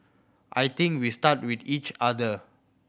I think we start with each us